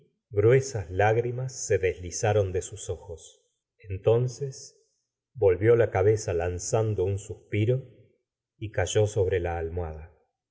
gruesas lágrimas se deslizaron de sus ojos entonces volvió la cabeza lanzando un suspiro y cayó sobre la almohada